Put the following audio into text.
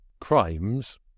crimes